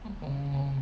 orh